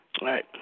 right